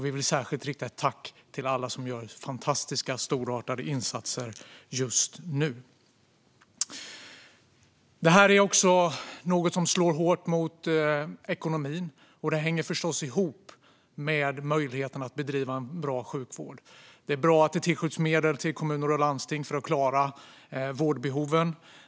Vi vill rikta ett särskilt tack till alla som gör fantastiska, storartade insatser just nu. Det här är också något som slår hårt mot ekonomin. Det hänger förstås ihop med möjligheten att bedriva en bra sjukvård. Det är bra att det tillskjuts medel till kommuner och landsting för att klara vårdbehoven.